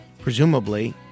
presumably